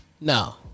No